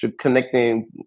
Connecting